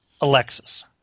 Alexis